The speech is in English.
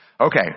Okay